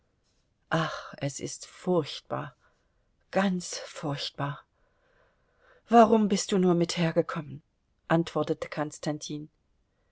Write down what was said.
ach es ist furchtbar ganz furchtbar warum bist du nur mit hergekommen antwortete